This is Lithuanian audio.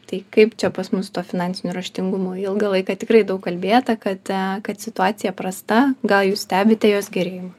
tai kaip čia pas mus su tuo finansiniu raštingumu ilgą laiką tikrai daug kalbėta kad kad situacija prasta gal jūs stebite jos gerėjimą